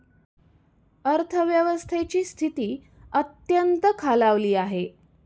अर्थव्यवस्थेची स्थिती अत्यंत खालावली आहे